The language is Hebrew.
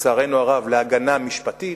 להגנה משפטית,